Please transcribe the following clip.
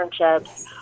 internships